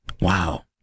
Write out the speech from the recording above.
Wow